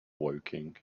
woking